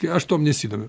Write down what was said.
kai aš tuom nesidomiu